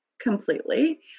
completely